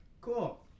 cool